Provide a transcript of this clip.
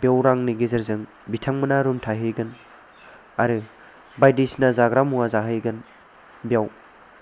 बेयाव रांनि गेजेरजों बिथांमोना रुम थाहैगोन आरो बायदिसिना जाग्रा मुवा जाहैगोन बेयाव